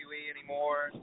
anymore